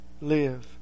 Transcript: live